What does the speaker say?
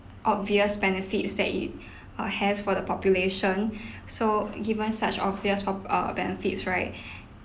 obvious benefits that it err has for the population so given such obvious ob~ uh benefits right